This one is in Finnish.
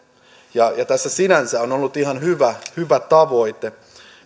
ja tässä sinänsä on ollut ihan hyvä hyvä tavoite